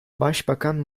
başbakan